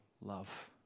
love